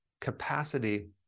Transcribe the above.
capacity